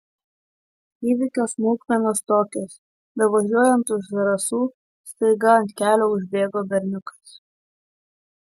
įvykio smulkmenos tokios bevažiuojant už zarasų staiga ant kelio užbėgo berniukas